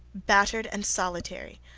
battered and solitary,